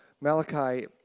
Malachi